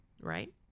Right